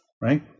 right